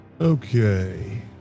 Okay